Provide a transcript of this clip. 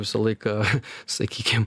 visą laiką sakykim